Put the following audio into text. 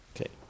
Okay